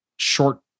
short